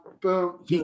boom